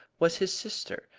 was his sister,